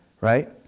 right